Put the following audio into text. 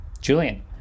Julian